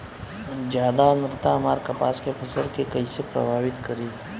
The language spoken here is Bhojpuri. ज्यादा आद्रता हमार कपास के फसल कि कइसे प्रभावित करी?